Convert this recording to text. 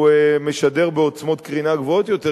הוא משדר בעוצמות קרינה גבוהות יותר,